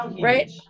Right